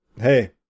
hey